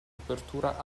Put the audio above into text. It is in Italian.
copertura